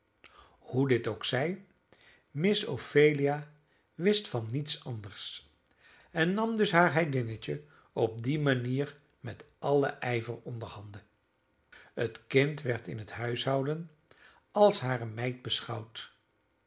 hoe dit ook zij miss ophelia wist van niets anders en nam dus haar heidinnetje op die manier met allen ijver onderhanden het kind werd in het huishouden als hare meid beschouwd